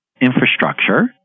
infrastructure